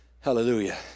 Hallelujah